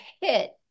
hit